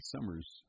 summers